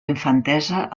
infantesa